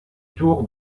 tour